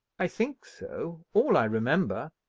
i think so. all i remember.